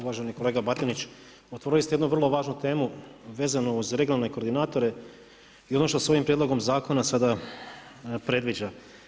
Uvaženi kolega Batinić, otvorili ste jednu vrlo važnu temu vezano uz regionalne koordinatore i ono što se ovim Prijedlogom zakona sada predviđa.